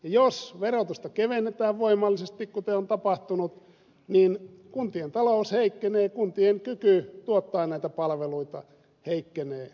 jos verotusta kevennetään voimallisesti kuten on tapahtunut niin kuntien talous heikkenee kuntien kyky tuottaa näitä palveluita heikkenee